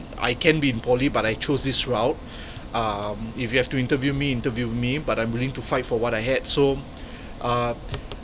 I can be in poly but I chose this route um if you have to interview me interview me but I'm willing to fight for what I had so ah